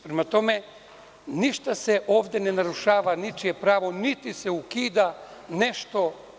Prema tome, ništa se ovde ne narušava, ničije pravo, niti se ukida nešto.